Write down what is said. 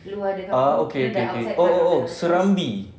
ah okay okay okay oh oh oh serambi